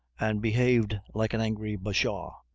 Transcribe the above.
and behaved like an angry bashaw,